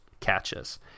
catches